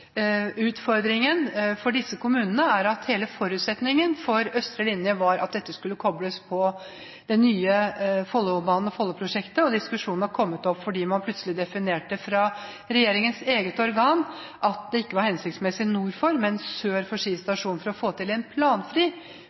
Utfordringen for disse kommunene er at hele forutsetningen for østre linje var at dette skulle kobles på den nye Follobanen og Follo-prosjektet. Diskusjonen har kommet opp fordi man plutselig fra regjeringens eget organ definerte det slik at det ikke var hensiktsmessig nord for Ski stasjon, men sør for Ski stasjon for å få til en planfri